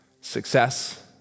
success